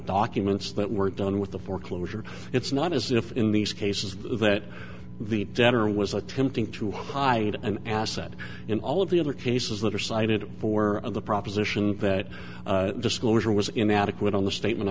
documents that were done with the foreclosure it's not as if in these cases that the debtor was attempting to hide an asset in all of the other cases that are cited for the proposition that disclosure was inadequate on the statement